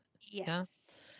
yes